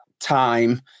time